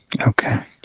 okay